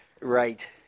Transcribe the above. Right